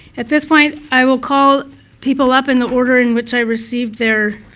at this point i will call people up in the order in which i received their